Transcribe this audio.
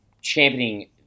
championing